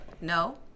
no